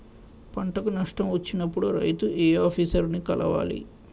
పంటకు నష్టం వచ్చినప్పుడు రైతు ఏ ఆఫీసర్ ని కలవాలి?